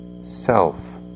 self